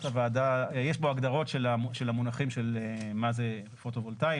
יש בו הגדרות של המונחים של מה זה פוטו-וולטאי,